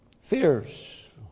fierce